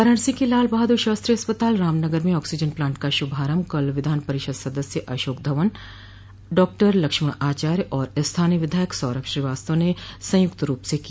वाराणसी के लाल बहादुर शास्त्री अस्पताल रामनगर में ऑक्सीजन प्लांट का शुभारंभ कल विधान परिषद सदस्य अशोक धवन डॉक्टर लक्ष्मण आचार्य व स्थानीय विधायक सौरभ श्रीवास्तव ने संयुक्त रूप से किया